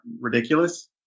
ridiculous